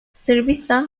sırbistan